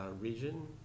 region